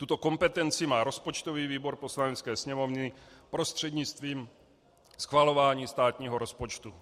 Tuto kompetenci má rozpočtový výbor Poslanecké sněmovny prostřednictvím schvalování státního rozpočtu.